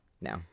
no